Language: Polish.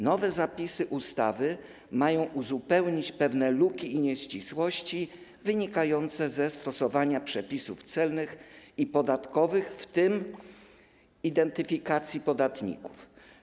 Nowe zapisy ustawy mają uzupełnić pewne luki i nieścisłości wynikające ze stosowania przepisów celnych i podatkowych, w tym identyfikacji podatników.